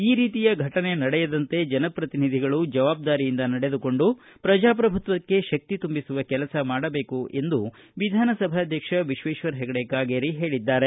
ಈ ರೀತಿಯ ಘಟನೆ ನಡೆಯದಂತೆ ಜನಪ್ರತಿನಿಧಿಗಳು ಜವಾಬ್ದಾರಿಯಿಂದ ನಡೆದುಕೊಂಡು ಪ್ರಜಾಪ್ರಭುತ್ವಕ್ಕೆ ಶಕ್ತಿ ತುಂಬಿಸುವ ಕೆಲಸ ಮಾಡಬೇಕು ಎಂದು ಸ್ಪೀಕರ್ ವಿಶ್ವೇಶ್ವರ ಹೆಗಡೆ ಕಾಗೇರಿ ಹೇಳಿದ್ದಾರೆ